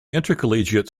intercollegiate